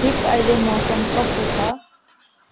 ठिक अहिले मौसम कस्तो छ